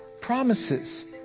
promises